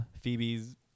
Phoebe's